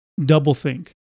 doublethink